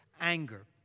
anger